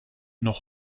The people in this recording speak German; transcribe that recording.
noch